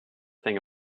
thing